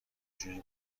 جویی